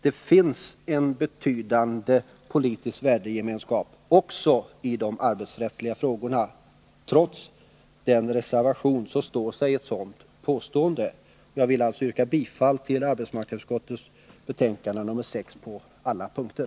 Det finns en betydande politisk värdegemenskap också i de arbetsrättsliga frågorna — trots reservationen står sig detta påstående. Jag vill alltså yrka bifall till hemställan i arbetsmarknadsutskottets betänkande nr 6 på alla punkter.